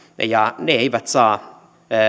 ja ne eivät saa